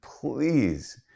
Please